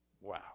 Wow